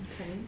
Okay